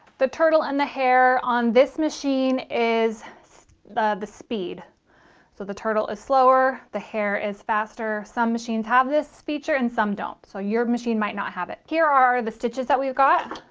the turtle and the hare on this machine is so the the speed so the turtle is slower the hare is faster some machines have this feature and some don't so your machine might not have it. here are the stitches that we've got